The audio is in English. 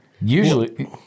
Usually